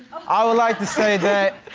i would like to say that,